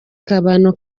kabano